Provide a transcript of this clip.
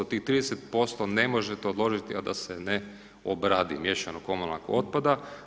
Tih 30% ne možete odložiti, a da se ne obradi miješano … [[Govornik se ne razumije]] komunalnog otpada.